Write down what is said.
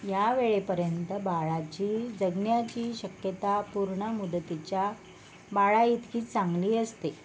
या वेळेपर्यंत बाळाची जगण्याची शक्यता पूर्ण मुदतीच्या बाळाइतकीच चांगली असते